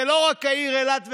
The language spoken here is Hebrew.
זה לא רק העיר אילת והענף,